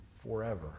forever